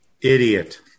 idiot